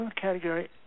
category